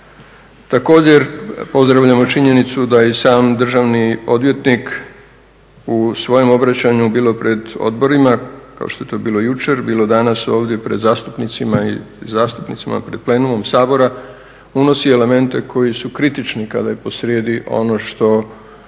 Također pozdravljamo činjenicu da i sam državni odvjetnik u svojem obraćanju bilo pred odborima kao što je to bilo jučer, bilo danas ovdje pred zastupnicima i zastupnicama pred plenumom Sabora unosi elemente koji su kritični kada je po srijedi ono što